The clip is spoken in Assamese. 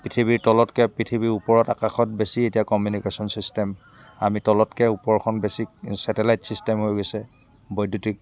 পৃথিৱীৰ তলতকৈ পৃথিৱীৰ ওপৰত আকাশত বেছি এতিয়া কমিউনিকেশ্যন ছিষ্টেম আমি তলতকৈ ওপৰখন বেছি ছেটেলাইট ছিষ্টেম হৈ গৈছে বৈদ্যুতিক